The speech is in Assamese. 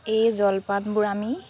এই জলপানবোৰ আমি